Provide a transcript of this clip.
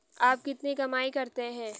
आप कितनी कमाई करते हैं?